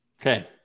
okay